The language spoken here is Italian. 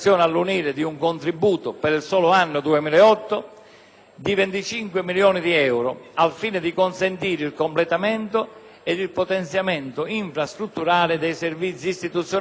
di 25 milioni di euro, al fine di consentire il completamento ed il potenziamento infrastrutturale dei servizi istituzionali del medesimo ente. Per far fronte a tale onere